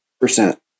Percent